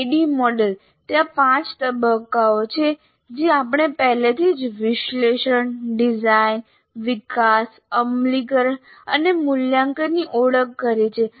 ADDIE model ત્યાં 5 તબક્કાઓ છે જે આપણે પહેલાથી જ વિશ્લેષણ ડિઝાઇન વિકાસ અમલીકરણ અને મૂલ્યાંકનની ઓળખ કરી છે